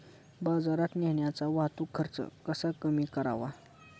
बाजारात नेण्याचा वाहतूक खर्च कसा कमी करावा?